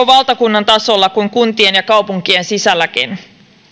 valtakunnan tasolla kuin kuntien ja kaupunkien sisälläkin